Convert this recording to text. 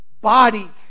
body